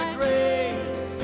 grace